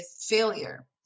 failure